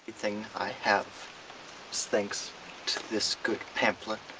everything i have is thanks to this good pamphlet,